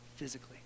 physically